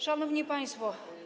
Szanowni Państwo!